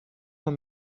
man